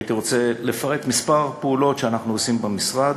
הייתי רוצה לפרט כמה פעולות שאנחנו עושים במשרד,